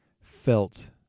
felt